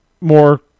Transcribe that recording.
more